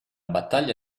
battaglia